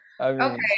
Okay